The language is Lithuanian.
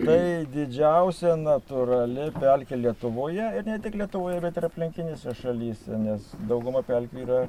tai didžiausia natūrali pelkė lietuvoje ir ne tik lietuvoje bet ir aplinkinėse šalyse nes dauguma pelkių yra